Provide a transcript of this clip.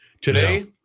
Today